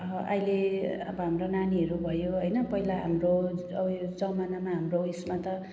अहिले अब हाम्रो नानीहरू भयो होइन पहिला हाम्रो जमानामा हाम्रो उसमा त